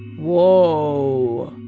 whoa.